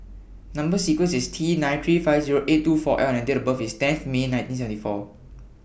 Number sequence IS T nine three five Zero eight two four L and Date of birth IS tenth May nineteen seventy four